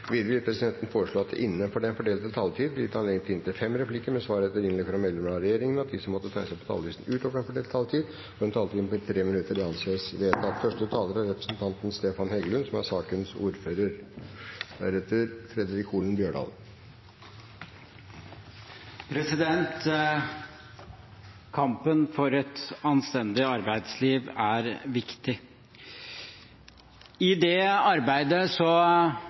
Videre vil presidenten foreslå at det – innenfor den fordelte taletid – blir gitt anledning til inntil fem replikker med svar etter innlegg fra medlemmer av regjeringen, og at de som måtte tegne seg på talerlisten utover den fordelte taletid, får en taletid på inntil 3 minutter. – Det anses vedtatt. Dette er ei sak som Stortinget er godt kjent med, og som har vore gjenstand for diskusjonar både i samband med budsjettbehandlinga på tampen i